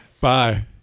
Bye